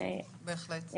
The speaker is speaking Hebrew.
בהחלט.